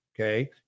okay